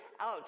out